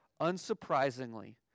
Unsurprisingly